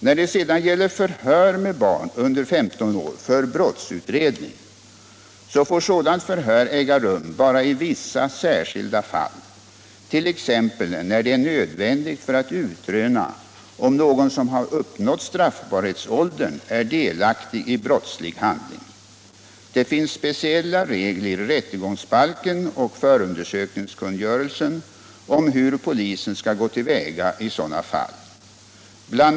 När det sedan gäller förhör med barn under 15 år för brottsutredning 157 får sådant förhör äga rum bara i vissa särskilda fall, t.ex. när det är nödvändigt för att utröna om någon som har uppnått straffbarhetsåldern är delaktig i brottslig handling. Det finns speciella regler i rättegångsbalken och förundersökningskungörelsen om hur polisen skall gå till väga i sådana fall. Bl.